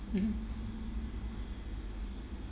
mmhmm